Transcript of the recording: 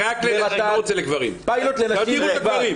פיילוט לנשים בלבד.